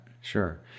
Sure